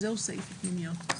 " זהו סעיף הפנימיות.